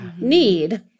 need